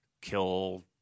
kill